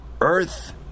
earth